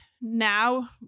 now